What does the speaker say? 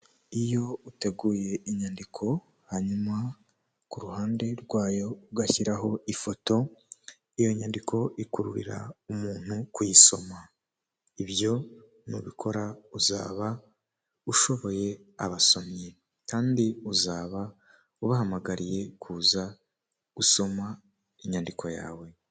Iyo uteguye inyandiko hanyuma ku ruhande rwayo ugashyiraho ifoto, iyo nyandiko ikururira umuntu kuyisoma. Ibyo nubikora uzaba ushoboye abasomyi kandi uzaba ubahamagariye kuza gusoma inyandiko yawe.